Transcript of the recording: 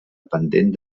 pendent